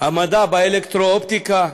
מדע האלקטרואופטיקה,